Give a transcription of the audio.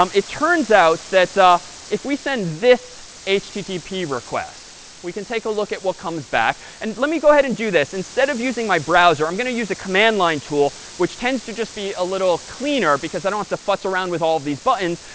um it turns out that ah if we send this http request, we can take a look at what comes back. and let me go ahead and do this. instead of using my browser, i'm going to use a command line tool which tends to just be a little cleaner, because i don't have to futz around with all of these buttons.